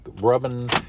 rubbing